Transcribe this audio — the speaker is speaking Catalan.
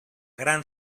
gran